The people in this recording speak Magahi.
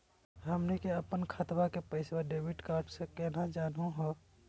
हमनी के अपन खतवा के पैसवा डेबिट कार्ड से केना जानहु हो?